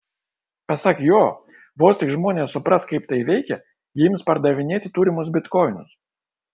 pasak jo vos tik žmonės supras kaip tai veikia jie ims pardavinėti turimus bitkoinus